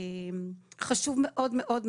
זה חשוב מאוד-מאוד,